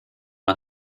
man